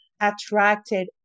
attracted